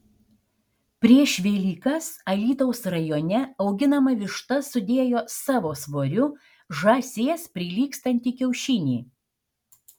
prieš velykas alytaus rajone auginama višta sudėjo savo svoriu žąsies prilygstantį kiaušinį